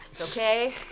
Okay